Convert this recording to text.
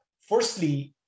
Firstly